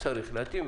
צריך להתאים.